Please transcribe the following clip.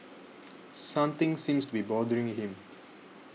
something seems to be bothering him